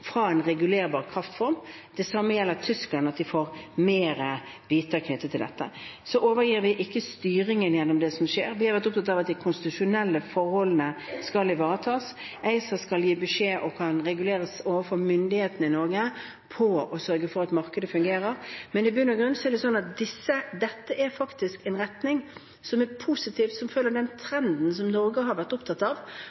fra en regulerbar kraftform. Det samme gjelder for tyskerne, at de får flere biter knyttet til dette. Så overgir vi ikke styringen gjennom det som skjer. Vi har vært opptatt av at de konstitusjonelle forholdene skal ivaretas. ACER skal gi beskjed og kan regulere overfor myndighetene i Norge for å sørge for at markedet fungerer. Men i bunn og grunn er det sånn at dette er en retning som er positiv, som følger den